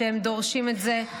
שהם דורשים את זה.